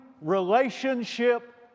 relationship